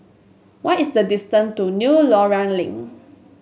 what is the distance to New Loyang Link